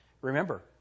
Remember